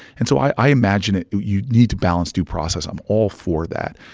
and so i imagine it you'd need to balance due process. i'm all for that,